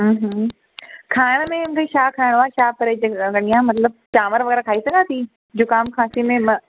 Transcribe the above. हूं हूं खाइण में भाई छा खाइणो आहे छा परहेज़ रखियां मतिलबु चांवर वग़ैरह खाई सघां थी ज़ुखाम खांसी में